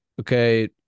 Okay